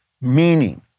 meaning